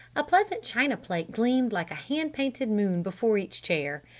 a pleasant china plate gleamed like a hand-painted moon before each chair.